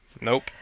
Nope